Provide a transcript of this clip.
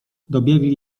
dobiegli